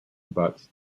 abuts